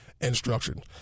instruction